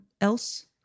else